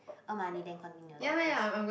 earn money then continue your doctors